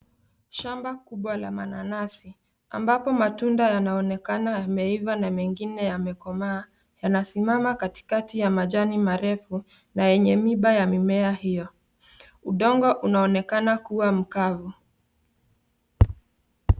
Shamba kubwa la mananasi ambapo matunda yanaonekana yameiva na mengine yamekomaa yanasimama katikati ya majani marefu na yenye miba ya mimea hiyo. Udongo unaonekana kuwa mkavu.